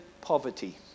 poverty